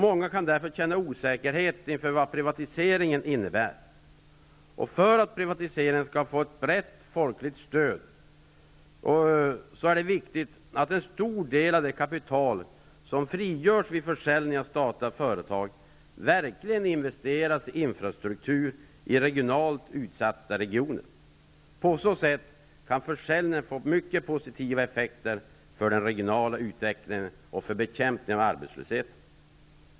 Många kan därför känna sig osäkra på vad privatiseringen innebär. För att privatiseringen skall få ett brett folkligt stöd är det viktigt att en stor del av det kapital som frigörs vid försäljning av statliga företag verkligen investeras i infrastruktur i utsatta regioner. På det sättet kan försäljningen få mycket positiva effekter för den regionala utvecklingen och när det gäller bekämpningen av arbetslösheten.